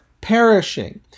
perishing